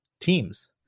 teams